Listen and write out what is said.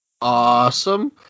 Awesome